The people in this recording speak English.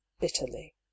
bitterly